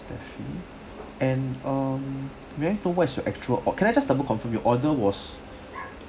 stephy and um may I know when is your actual or can I just double confirm your order was